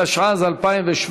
התשע"ז 2017,